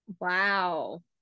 Wow